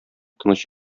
тыныч